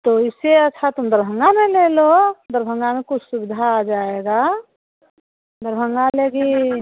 तो इससे अच्छा तुम दरभंगा में ले लो दरभंगा में कुछ सुविधा आ जाएगा दरभंगा लेगी